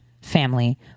family